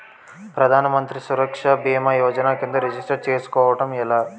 ప్రధాన మంత్రి సురక్ష భీమా యోజన కిందా రిజిస్టర్ చేసుకోవటం ఎలా?